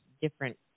different